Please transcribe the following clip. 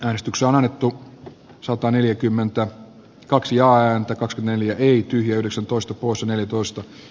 äänestyksiä on annettu sataneljäkymmentä kaksion neliö eli yhdeksäntoista kuusi neljätoista